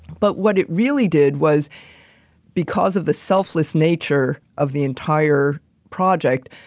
but what it really did was because of the selfless nature of the entire project,